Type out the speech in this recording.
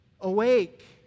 awake